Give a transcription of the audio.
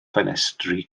ffenestri